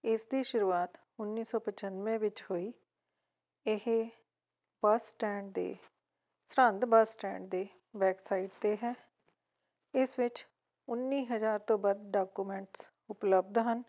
ਇਸ ਦੀ ਸ਼ੁਰੂਆਤ ਉੱਨੀ ਸੌ ਪਚਾਨਵੇਂ ਵਿੱਚ ਹੋਈ ਇਹ ਬਸ ਸਟੈਂਡ ਦੇ ਸਰਹਿੰਦ ਬੱਸ ਸਟੈਂਡ ਦੇ ਬੈਕ ਸਾਈਡ 'ਤੇ ਹੈ ਇਸ ਵਿੱਚ ਉੱਨੀ ਹਜ਼ਾਰ ਤੋਂ ਵੱਧ ਡਾਕੂਮੈਂਟਸ ਉਪਲਬਧ ਹਨ